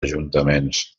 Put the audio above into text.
ajuntaments